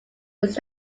was